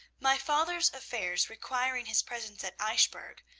my father's affairs requiring his presence at eichbourg,